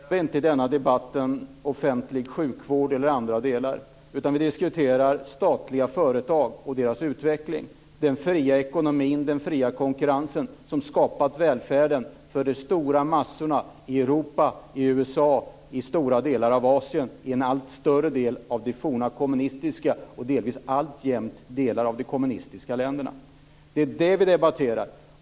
Fru talman! Först och främst diskuterar vi i denna debatt inte offentlig sjukvård eller andra delar, utan vi diskuterar statliga företag och deras utveckling - den fria ekonomin, den fria konkurrensen som skapat välfärden för de stora massorna i Europa, i USA, i stora delar av Asien och i en allt större del av de forna kommunistiska länderna och delvis i de alltjämt kommunistiska länderna. Det är det som vi debatterar.